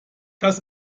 das